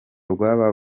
rw’aba